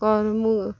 କର୍ମୁ